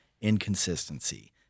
inconsistency